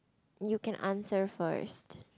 you can answer first